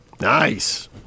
Nice